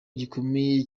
gikomeye